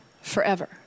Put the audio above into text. forever